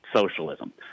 socialism